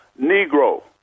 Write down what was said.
Negro